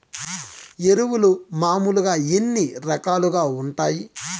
ఎరువులు మామూలుగా ఎన్ని రకాలుగా వుంటాయి?